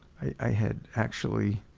i had actually,